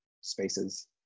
spaces